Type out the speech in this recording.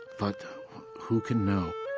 but who can know?